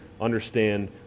Understand